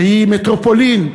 שהיא מטרופולין,